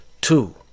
Two